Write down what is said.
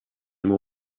more